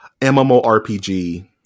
MMORPG